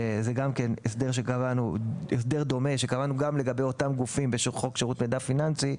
זהו הסדר דומה לזה שקבענו בחוק שירות מידע פיננסי,